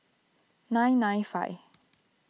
nine nine five